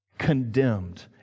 condemned